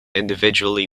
individually